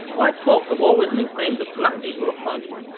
white folks have always maintained that black people ah funky,